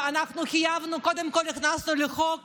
אנחנו חייבנו, קודם כול הכנסנו לחוק